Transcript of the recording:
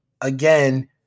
again